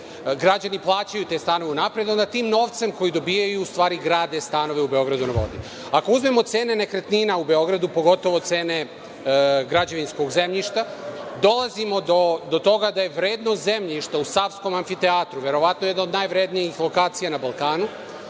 građani plaćaju te stanove unapred, onda tim novcem koji dobijaju grade stanove u „Beogradu na vodi“.Ako uzmemo cene nekretnina u Beogradu, pogotovo cene građevinskog zemljišta, dolazimo do toga da je vrednost zemljišta u Savskom amfiteatru verovatno jedna od najvrednijih lokacija na Balkanu,